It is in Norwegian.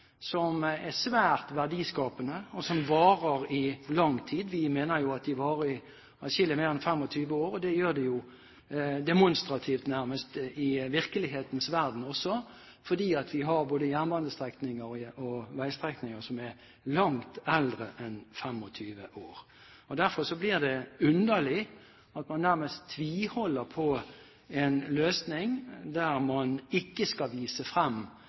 som er svært verdiskapende, og som varer i lang tid. Vi mener at de varer i atskillig mer enn 25 år. Det gjør det, demonstrativt nærmest, i virkelighetens verden også, for vi har både jernbanestrekninger og veistrekninger som er langt eldre enn 25 år. Derfor blir det underlig at man nærmest tviholder på en løsning der man ikke skal vise